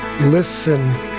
Listen